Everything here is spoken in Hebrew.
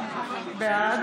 בעד